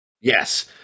Yes